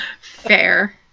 Fair